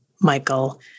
Michael